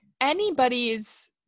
anybody's